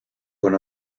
con